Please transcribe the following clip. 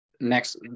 next